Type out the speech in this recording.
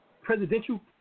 presidential